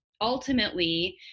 ultimately